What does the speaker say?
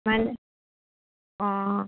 मानि अ